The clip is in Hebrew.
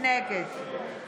נגד